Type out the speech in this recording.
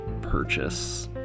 purchase